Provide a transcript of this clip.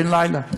בן-לילה.